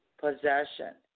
possession